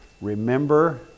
remember